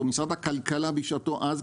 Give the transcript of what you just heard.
או משרד הכלכלה בשעתו אז,